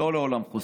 לא לעולם חוסן.